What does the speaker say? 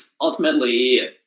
ultimately